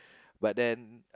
but then